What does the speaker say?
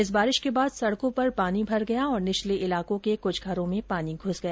इस बारिश के बाद सडको पर पानी भर गया और निचले इलाकों के कुछ घरों में पानी घुस गया